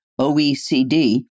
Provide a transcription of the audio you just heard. OECD